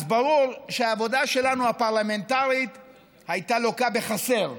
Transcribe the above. אז ברור שהעבודה הפרלמנטרית שלנו הייתה לוקה בחסר.